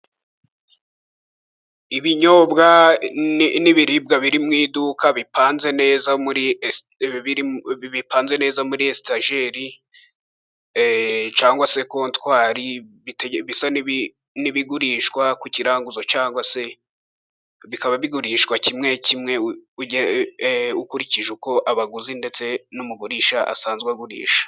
Ibinyobwa n'ibiribwa biri mu iduka bipanze neza muri muri etajeri cyangwa se contwari n'ibigurishwa ku kiranguzo cyangwa se bikaba bigurishwa kimwe kimwe ukurikije uko abaguzi ndetse n'umugurisha asanzwe agurisha.